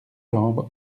jambes